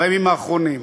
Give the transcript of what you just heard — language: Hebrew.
בימים האחרונים: